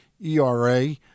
ERA